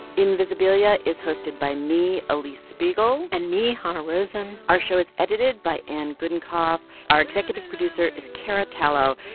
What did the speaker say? invisibilia is hosted by me, ah alix spiegel and me, hanna rosin our show is edited by anne gudenkauf. our executive producer is cara tallo.